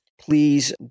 please